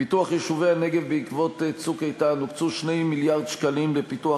פיתוח יישובי הנגב בעקבות "צוק איתן" הוקצו 2 מיליארד שקלים לפיתוח